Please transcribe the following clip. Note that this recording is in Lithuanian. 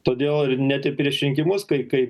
todėl ne tik prieš rinkimus kai kai